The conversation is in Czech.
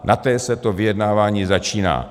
Na té se to vyjednávání začíná.